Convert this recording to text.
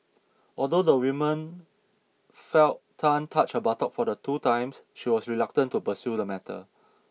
although the woman felt Tan touch her buttock for the first two times she was reluctant to pursue the matter